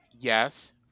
Yes